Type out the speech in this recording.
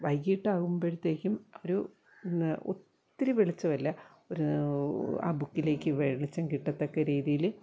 വൈകിട്ട് ആകുമ്പോഴത്തേക്കും ഒരു ഒത്തിരി വെളിച്ചം അല്ല ഒരു ആ ബുക്കിലേക്ക് വെളിച്ചം കിട്ടത്തക്ക രീതിയിൽ